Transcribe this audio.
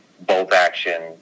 both-action